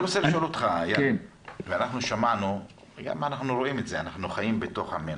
אנחנו חיים בתוך עמנו,